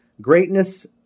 Greatness